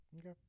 Okay